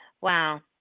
Wow